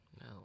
No